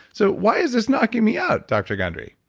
so why is this knocking me out dr. gundry?